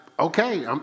Okay